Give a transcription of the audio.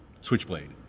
switchblade